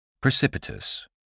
Precipitous